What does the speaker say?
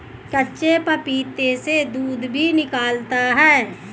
कच्चे पपीते से दूध भी निकलता है